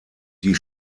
die